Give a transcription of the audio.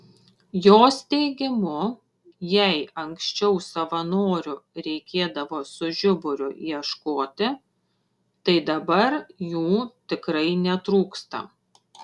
jos teigimu jei anksčiau savanorių reikėdavo su žiburiu ieškoti tai dabar jų tikrai netrūksta